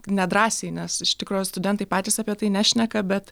nedrąsiai nes iš tikro studentai patys apie tai nešneka bet